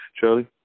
Charlie